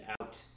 out